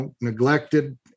neglected